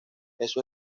eso